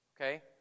okay